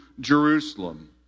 Jerusalem